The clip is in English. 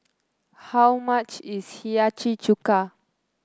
how much is Hiyashi Chuka